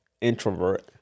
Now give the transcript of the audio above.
introvert